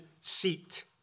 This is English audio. seat